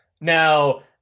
Now